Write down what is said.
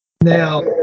Now